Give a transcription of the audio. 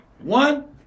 One